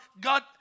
God